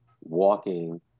walking